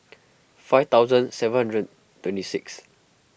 five thousand seven hundred twenty six